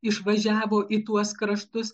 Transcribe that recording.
išvažiavo į tuos kraštus